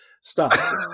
stop